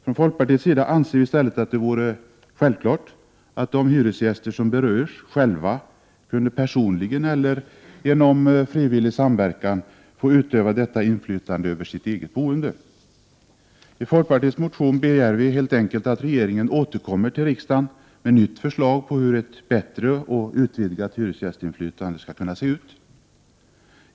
Från folkpartiets sida anser vi att det i stället borde vara självklart att hyresgäster som berörs själva eller genom frivillig samverkan skulle få utöva detta inflytande över sitt eget boende. I folkpartiets motion begärs helt enkelt att regeringen återkommer till riksdagen med ett nytt förslag om hur detta bättre och utvidgade hyresgästinflytande skall kunna se ut.